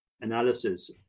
analysis